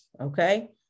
okay